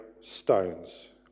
stones